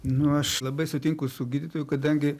nu aš labai sutinku su gydytoju kadangi